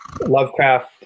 Lovecraft